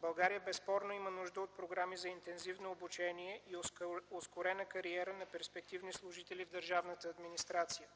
България безспорно има нужда от програми за интензивно обучение и ускорена кариера на перспективни служители в държавната администрация,